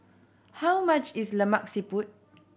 how much is Lemak Siput